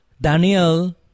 Daniel